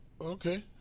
okay